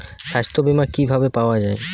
সাস্থ্য বিমা কি ভাবে পাওয়া যায়?